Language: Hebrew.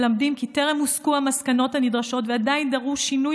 מלמדים כי טרם הוסקו המסקנות הנדרשות ועדיין דרוש שינוי